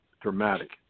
dramatic